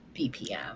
BPM